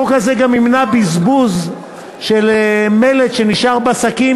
החוק הזה גם ימנע בזבוז של מלט שנשאר בשקים